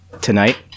tonight